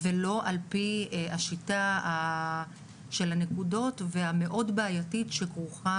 ולא על פי השיטה של הנקודות המאוד בעייתית שכרוכה